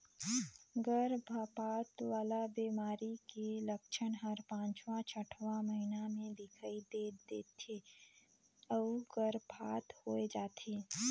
गरभपात वाला बेमारी के लक्छन हर पांचवां छठवां महीना में दिखई दे थे अउ गर्भपात होय जाथे